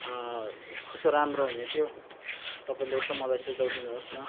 यसो राम्रो हुने थियो तपाईँले यसो मलाई सुझाउ दिनुहोस् न